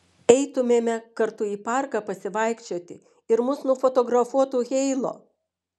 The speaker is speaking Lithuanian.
eitumėme kartu į parką pasivaikščioti ir mus nufotografuotų heilo